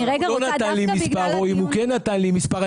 אם הוא כן נתן לי מספר או לא נתן לי מספר,